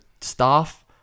staff